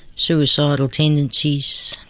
suicidal tendencies,